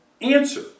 answer